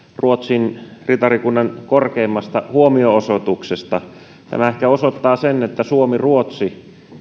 ruotsin ritarikunnan korkeimmasta huomionosoituksesta tämä ehkä osoittaa sen että suomi ruotsi